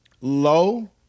low